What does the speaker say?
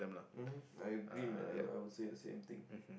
um I agree man I would I would say the same thing